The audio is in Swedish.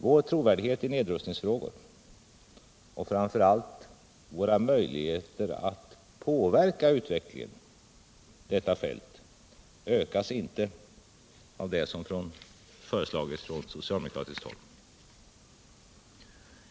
Vår trovärdighet i nedrustningsfrågor och framför allt våra möjligheter att påverka utvecklingen på detta fält ökas inte av det som föreslås från socialdemokratiskt håll.